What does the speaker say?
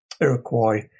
Iroquois